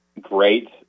great